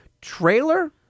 trailer